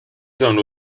zone